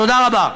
תודה רבה.